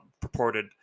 purported